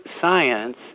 science